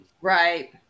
Right